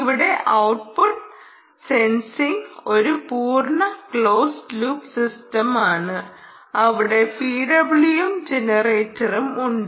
ഇവിടെ output sensing ഒരു പൂർണ്ണ ക്ലോസ് ലൂപ്പ് സിസ്റ്റമാണ് അവിടെ PWM ജനറേറ്ററും ഉണ്ട്